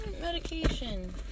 medication